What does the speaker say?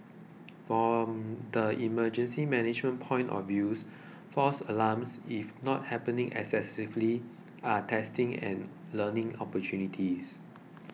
from the emergency management point of views false alarms if not happening excessively are testing and learning opportunities